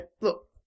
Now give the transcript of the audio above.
look